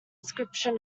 scripture